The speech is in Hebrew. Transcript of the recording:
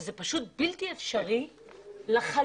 שזה פשוט בלתי אפשרי לחלוטין.